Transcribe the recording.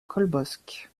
colbosc